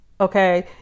Okay